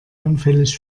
anfällig